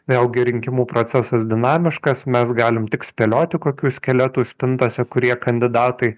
vėlgi rinkimų procesas dinamiškas mes galim tik spėlioti kokių skeletų spintose kurie kandidatai